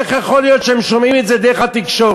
איך יכול להיות שהם שומעים את זה דרך התקשורת?